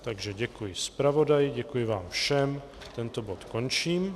Takže děkuji zpravodaji, děkuji vám všem a tento bod končím.